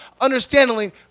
understanding